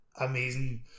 amazing